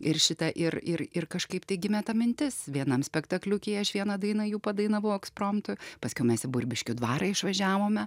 ir šitą ir ir ir kažkaip tai gimė ta mintis vienam spektakliukyje aš vieną dainą jų padainavau ekspromtu paskiau mes į burbiškių dvarą išvažiavome